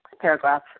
paragraph